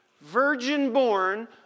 virgin-born